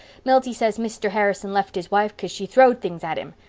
milty says mr. harrison left his wife because she throwed things at him.